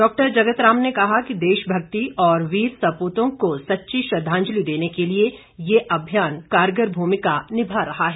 doctor Jagat Ram ने कहा कि देशभक्ति और वीर सपूतों को सच्ची श्रद्वांजलि देने के लिए ये अभियान कारगर भूमिका निभा रहा है